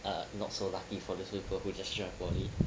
err not so lucky for the people who just joined poly